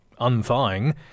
unthawing